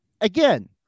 again